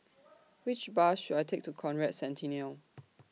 Which Bus should I Take to Conrad Centennial